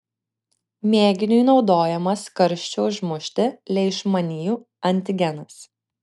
mėginiui naudojamas karščiu užmuštų leišmanijų antigenas